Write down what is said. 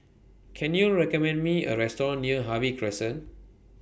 Can YOU recommend Me A Restaurant near Harvey Crescent